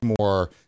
more